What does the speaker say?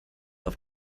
auf